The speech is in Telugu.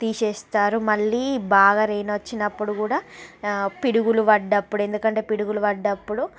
తీసేస్తారు మళ్లీ బాగా రైన్ వచ్చినపుడు కూడా పిడుగులు పడ్డప్పుడు కూడా ఎందుకంటే పిడుగులు పడ్డప్పుడు